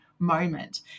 moment